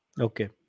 Okay